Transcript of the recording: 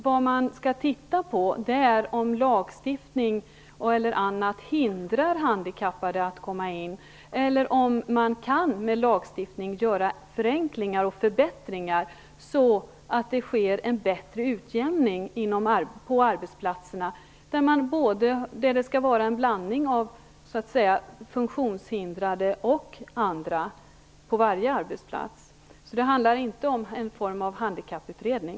Vad man skall titta på är om t.ex. lagstiftning hindrar handikappade att komma in på arbetsplatser eller om man med lagstiftningen kan åstadkomma förenklingar och förbättringar, så att det blir en bättre utjämning på arbetsplatserna med en blandning av funktionshindrade och andra på varje arbetsplats. Det handlar alltså inte om en form av handikapputredning.